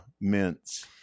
mints